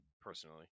personally